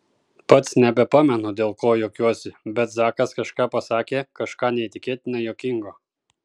pats nebepamenu dėl ko juokiuosi bet zakas kažką pasakė kažką neįtikėtinai juokingo